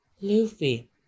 Luffy